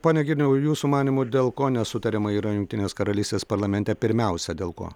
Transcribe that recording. pone girniau jūsų manymu dėl ko nesutariama yra jungtinės karalystės parlamente pirmiausia dėl ko